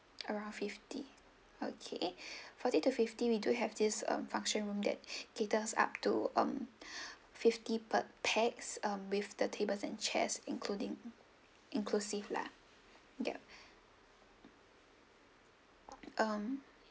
around fifty okay forty to fifty we do have this uh function room that caters up to um fifty per pax um with the tables and chairs including inclusive lah yup um